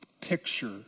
picture